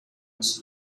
was